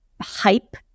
hype